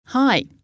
Hi